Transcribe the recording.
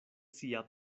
sia